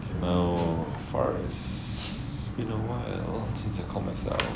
no faris it's been a while since I call myself